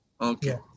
Okay